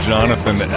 Jonathan